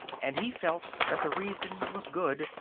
and he felt that the reason was good,